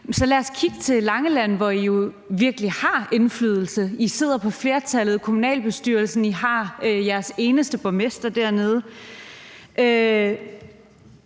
lad os kigge til Langeland, hvor I jo virkelig har indflydelse. I sidder på flertallet i kommunalbestyrelsen, og I har jeres eneste borgmester dernede.